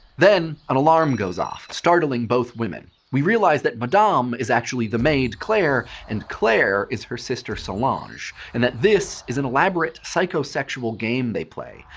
then an alarm clock goes off, startling both women. we realize that madame is actually the maid claire, and claire is her sister solange, and that this is an elaborate psychosexual game they play,